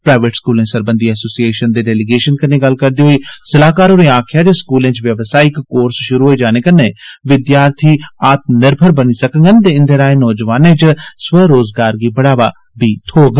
private स्कूलें सरबंधी एसोसिएशनें दे डेलीगेशन कन्नै गल्लबात करदे होई सलाहकार होरें आखेआ जे स्कूलें च बवसायिक कोर्स श्रु होई जाने कन्नैए विद्यार्थी आत्मनिर्भर बनी सकडन ते इंदे राएं नौजवानें च स्वरोज़गार गी बी बढ़ावा थ्होग